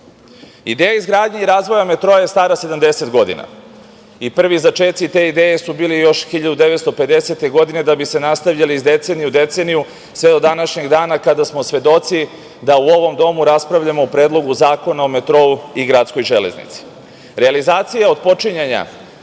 izgradnje i razvoja metroa je stara 70 godina i prvi začeci te ideje su bili još 1950. godine, da bi se nastavljali iz decenije u deceniju, sve do današnjeg dana kada smo svedoci da u ovom domu raspravljamo o Predlogu zakona o metrou i gradskoj